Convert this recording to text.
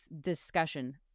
discussion